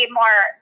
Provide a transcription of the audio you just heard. more